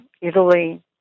Italy